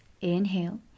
Inhale